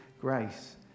grace